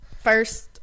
First